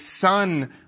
son